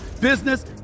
business